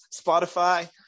Spotify